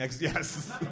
Yes